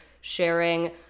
sharing